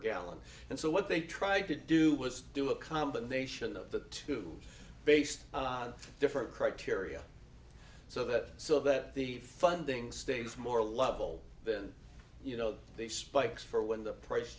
gallon and so what they tried to do was do a combination of the two based on different criteria so that so that the funding stays more lovable then you know they spikes for when the price